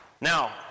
Now